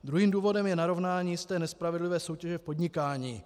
Druhým důvodem je narovnání jisté nespravedlivé soutěže v podnikání.